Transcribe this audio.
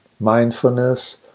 Mindfulness